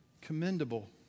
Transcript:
commendable